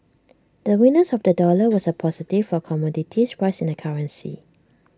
the weakness of the dollar was A positive for commodities priced in the currency